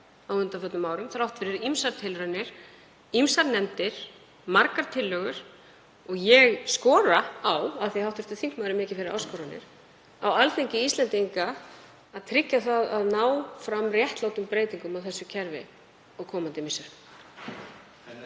á undanförnum árum þrátt fyrir ýmsar tilraunir, ýmsar nefndir, margar tillögur. Ég skora á, af því að hv. þingmaður er mikið fyrir áskoranir, Alþingi Íslendinga að tryggja að fram náist réttlátar breytingar á þessu kerfi á komandi misserum.